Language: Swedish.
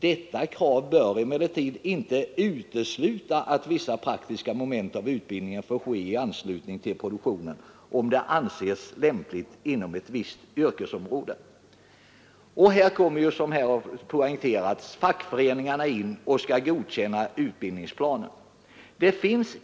Detta krav bör emellertid inte utesluta att vissa praktiska moment av utbildning får ske i anslutning till produktion om det anses lämpligt inom ett visst yrkesområde.” Såsom här har poängterats skall fackföreningarna godkänna utbildningsplanen.